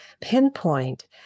pinpoint